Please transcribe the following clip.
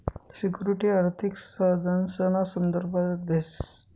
security आर्थिक साधनसना संदर्भ देस